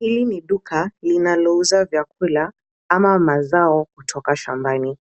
Hili ni duka linalouza vyakula ama mazao kutoka shambani.